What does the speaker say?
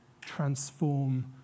transform